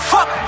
Fuck